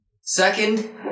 Second